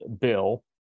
bill